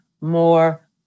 more